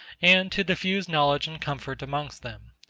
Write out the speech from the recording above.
and to diffuse knowledge and comfort amongst them.